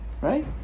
Right